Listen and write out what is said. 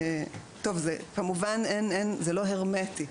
כמובן, זה לא הרמטי.